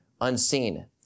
unseen